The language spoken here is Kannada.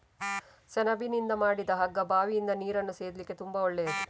ಸೆಣಬಿನಿಂದ ಮಾಡಿದ ಹಗ್ಗ ಬಾವಿಯಿಂದ ನೀರನ್ನ ಸೇದ್ಲಿಕ್ಕೆ ತುಂಬಾ ಒಳ್ಳೆಯದು